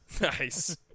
Nice